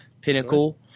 Pinnacle